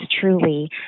truly